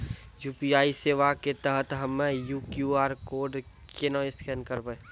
UPI सेवा के तहत हम्मय क्यू.आर कोड केना स्कैन करबै?